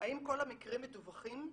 האם כל המקרים מדווחים?